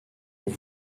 vous